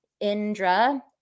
Indra